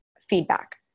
feedback